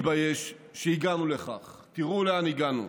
האחרון להתפתחויות חסרות תקדים במזרח